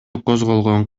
козголгон